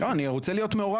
לא, אני רוצה להיות מעורב.